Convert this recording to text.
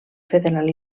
federal